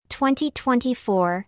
2024